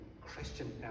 Christian